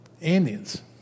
Indians